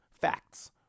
Facts